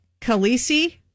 Khaleesi